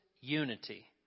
unity